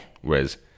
whereas